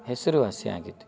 ಹೆಸರುವಾಸಿ ಆಗಿದೆ